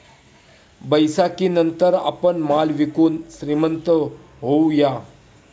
बैसाखीनंतर आपण माल विकून श्रीमंत होऊया